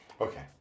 Okay